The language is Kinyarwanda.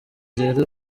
rero